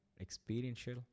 experiential